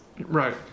Right